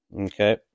okay